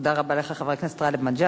תודה רבה לך, חבר הכנסת גאלב מג'אדלה,